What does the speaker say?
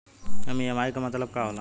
EMI के मतलब का होला?